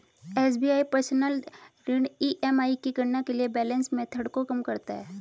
SBI personal ऋण EMI की गणना के लिए बैलेंस मेथड को कम करता है